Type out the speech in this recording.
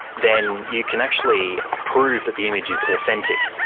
then you can actually prove that the image is authentic.